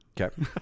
Okay